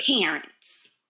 parents